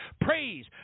praise